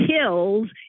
kills